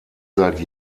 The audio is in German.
seit